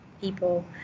people